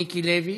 מיקי לוי,